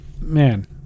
man